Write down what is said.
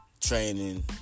training